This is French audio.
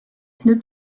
pneus